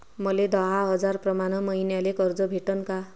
मले दहा हजार प्रमाण मईन्याले कर्ज भेटन का?